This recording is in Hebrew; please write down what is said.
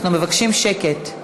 אנחנו מבקשים שקט.